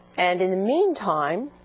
and and and meantime,